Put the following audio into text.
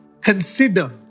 consider